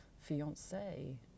fiance